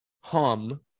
hum